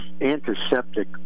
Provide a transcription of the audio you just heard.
antiseptic